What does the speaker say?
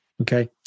okay